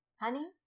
honey